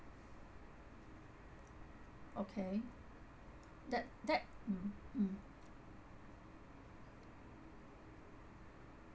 okay that that mm mm